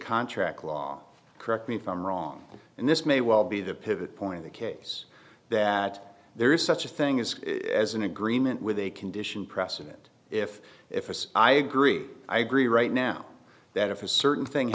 contract law correct me if i'm wrong and this may well be the pivot point of the case that there is such a thing as as an agreement with a condition precedent if if i agree i agree right now that if a certain thing